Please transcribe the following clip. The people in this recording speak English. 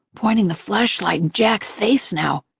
pointing the flashlight in jack's face now.